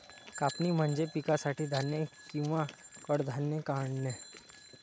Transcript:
कापणी म्हणजे पिकासाठी धान्य किंवा कडधान्ये काढणे